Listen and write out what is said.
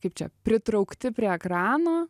kaip čia pritraukti prie ekrano